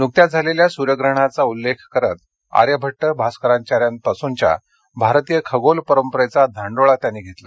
नुकत्याच झालेल्या सूर्यग्रहणाचा उल्लेख करत आर्यभट्ट भास्काराचार्यापासूनच्या भारतीय खगोल परंपरेचा धांडोळा त्यांनी घेतला